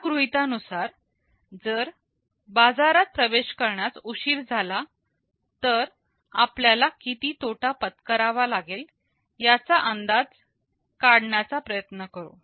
त्या गृहीता नुसार जर बाजारात प्रवेश करण्यास उशीर झाला तर आपल्याला किती तोटा पत्करावे लागेल याचा अंदाज काढण्याचा प्रयत्न करू